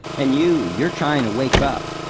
and you, you're trying to wake up,